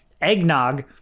eggnog